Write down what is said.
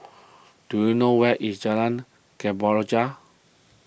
do you know where is Jalan Kemborja